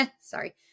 Sorry